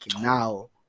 now